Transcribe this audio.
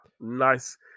nice